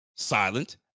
Silent